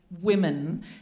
women